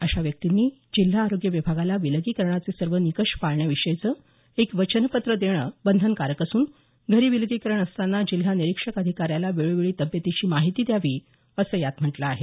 अशा व्यक्तींनी जिल्हा आरोग्य विभागाला विलगीकरणाचे सर्व निकष पाळण्याविषयीचं एक वचनपत्र देणं बंधनकारक असून घरी विलगीकरणात असतांना जिल्हा निरीक्षक अधिकाऱ्याला वेळोवेळी तब्येतीची माहिती द्यावी असं यात म्हटलं आहे